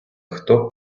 хто